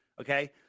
Okay